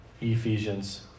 Ephesians